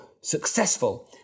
successful